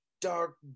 dark